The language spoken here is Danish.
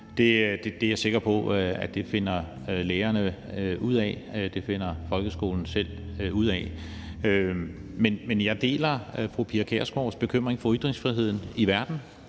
Det er jeg sikker på at lærerne finder ud af og at folkeskolen selv finder ud af. Men jeg deler fru Pia Kjærsgaards bekymring for ytringsfriheden i verden,